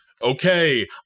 okay